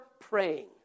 praying